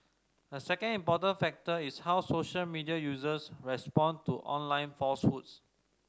a second important factor is how social media users respond to online falsehoods